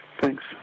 Thanks